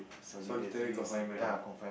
solitary confinement ah